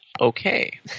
Okay